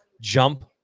jump